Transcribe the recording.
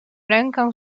rękę